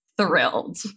thrilled